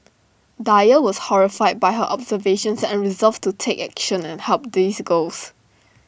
dyer was horrified by her observations and resolved to take action and help these girls